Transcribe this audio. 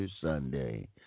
Sunday